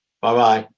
Bye-bye